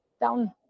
down